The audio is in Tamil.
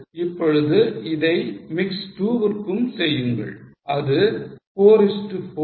இப்பொழுது இதை mix 2 விற்கும் செய்யுங்கள் அது 4 is to 4